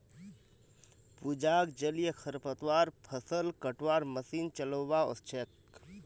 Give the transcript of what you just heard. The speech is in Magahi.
पूजाक जलीय खरपतवार फ़सल कटवार मशीन चलव्वा ओस छेक